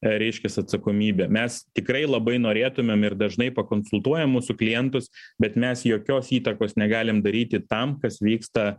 reiškias atsakomybe mes tikrai labai norėtumėm ir dažnai pakonsultuojam mūsų klientus bet mes jokios įtakos negalim daryti tam kas vyksta